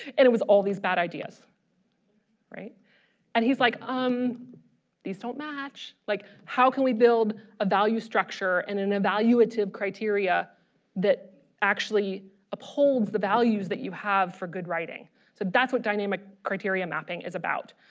and it was all these bad ideas right and he's like um these don't match like how can we build a value structure and an evaluative criteria that actually upholds the values that you have for good writing so that's what dynamic criteria mapping is about.